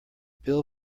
bill